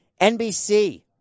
NBC